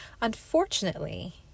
Unfortunately